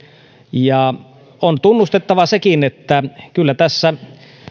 ja on tunnustettava sekin että kyllä tässä